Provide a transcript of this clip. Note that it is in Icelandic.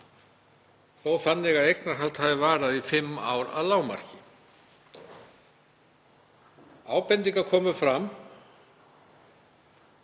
þó þannig að eignarhald hafi varað í fimm ár að lágmarki. Ábendingar komu fram